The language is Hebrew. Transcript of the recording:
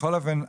בכל אופן,